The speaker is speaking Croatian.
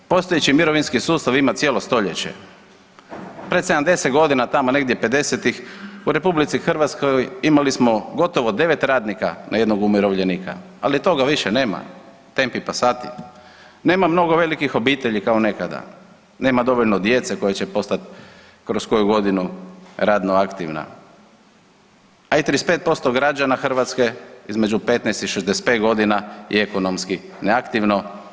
Postojeći mirovinski sustav ima cijelo stoljeće, pred 70 godina tamo negdje pedesetih u RH imali smo gotovo devet radnika na jednog umirovljenika, ali toga više nema, „tempi passati“, nema mnogo velikih obitelji kao nekada, nema dovoljno djece koja će postat kroz koju godinu radno aktivna, a i 35% građana Hrvatske između 15 i 65 godina je ekonomski neaktivno.